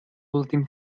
últim